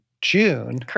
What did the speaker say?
June